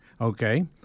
okay